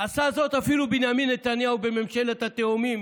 עשה זאת אפילו בנימין נתניהו בממשלת התאומים,